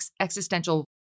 existential